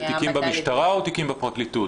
זה תיקים במשטרה או תיקים בפרקליטות?